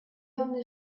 only